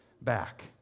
back